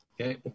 Okay